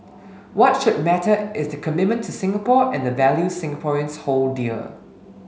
what should matter is the commitment to Singapore and the values Singaporeans hold dear